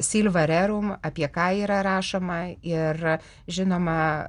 silva rerum apie ką yra rašoma ir žinoma